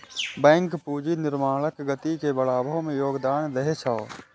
bank पूंजी निर्माणक गति के बढ़बै मे योगदान दै छै